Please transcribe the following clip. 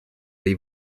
dei